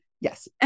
yes